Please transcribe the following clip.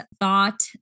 thought